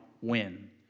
win